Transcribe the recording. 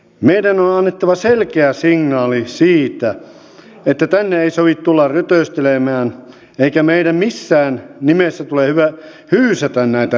meidän on annettava selkeä signaali siitä että tänne ei sovi tulla rötöstelemään eikä meidän missään nimessä tule hyysätä näitä rikollisia